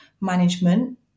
management